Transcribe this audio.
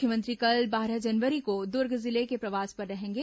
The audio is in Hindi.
मुख्यमंत्री कल बारह जनवरी को दुर्ग जिले के प्रवास पर रहेंगे